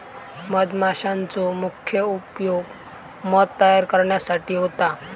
मधमाशांचो मुख्य उपयोग मध तयार करण्यासाठी होता